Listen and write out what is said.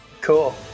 cool